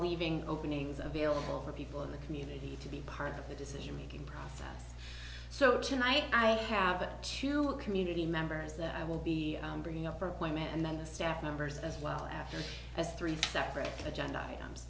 leaving openings available for people in the community to be part of the decision making process so tonight i have to community members that i will be bringing up for my man and then the staff members as well after s three separate agenda items